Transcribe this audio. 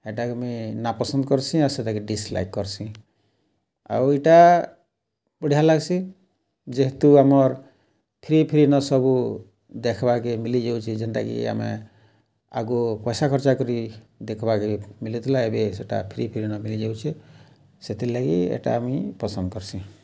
ହେଟାକେ ମୁଇଁ ନା ପସନ୍ଦ୍ କରସିଁ ଆଉ ସେଟାକେ ଡିସ୍ଲାଇକ୍ କର୍ସିଁ ଆଉ ଇଟା ବଢ଼ିଆ ଲାଗ୍ସି ଯେହେତୁ ଆମର୍ ଫ୍ରି ଫ୍ରି ନ ସବୁ ଦେଖବାକେ ମିଲିଯାଉଛେ ଯେନ୍ଟାକି ଆମେ ଆଘ ପଏସା ଖର୍ଚ୍ଚା କରି ଦେଖବାର୍କେ ମିଲୁଥିଲା ଏବେ ସେଟା ଫ୍ରି ଫ୍ରି ନ ମିଳିଯାଉଛେ ସେଥିର୍ଲାଗି ଏଟା ମୁଇଁ ପସନ୍ଦ୍ କର୍ସିଁ